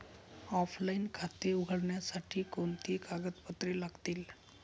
Offline खाते उघडण्यासाठी कोणती कागदपत्रे लागतील?